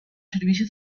servicios